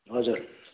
हजुर